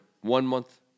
one-month